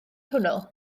hwnnw